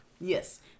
yes